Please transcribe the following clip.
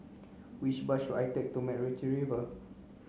which bus should I take to MacRitchie Reservoir